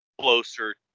closer